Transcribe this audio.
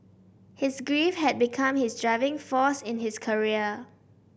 his grief had become his driving force in his career